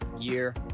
year